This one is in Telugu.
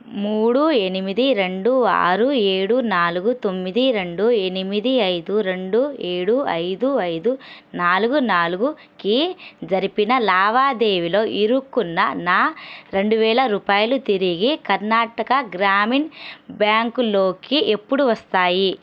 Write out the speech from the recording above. మూడు ఎనిమిది రెండు ఆరు ఏడు నాలుగు తొమ్మిది రెండు ఎనిమిది ఐదు రెండు ఏడు ఐదు ఐదు నాలుగు నాలుగుకి జరిపిన లావాదేవీలో ఇరుక్కున్న నా రెండు వేల రూపాయలు తిరిగి కర్ణాటక గ్రామీణ్ బ్యాంక్లోకి ఎప్పుడు వస్తాయి